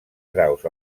graus